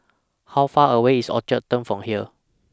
How Far away IS Orchard Turn from here